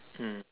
mm